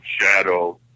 Shadow